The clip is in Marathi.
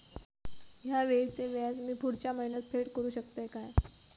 हया वेळीचे व्याज मी पुढच्या महिन्यात फेड करू शकतय काय?